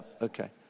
okay